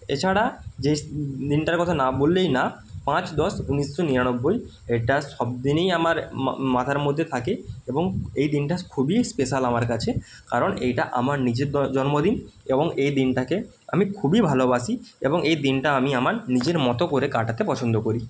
এছাড়া যেস দিনটার কথা না বললেই না পাঁচ দশ উনিশশো নিরানব্বই এটা সব দিনেই আমার মাথার মধ্যে থাকে এই দিনটা খুবই স্পেশাল আমার কাছে কারণ আমার নিজের দ জন্মদিন এবং এই দিনটাকে আমি খুবই ভালোবাসি এবং এই দিনটা আমি আমার নিজের মতো করে কাটাতে পছন্দ করি